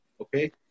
okay